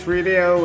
Radio